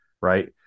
Right